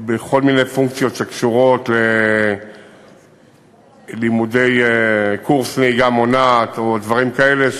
בכל מיני פונקציות שקשורות ללימודים בקורס נהיגה מונעת או דברים כאלה,